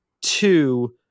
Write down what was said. two